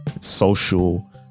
social